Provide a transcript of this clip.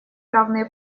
равные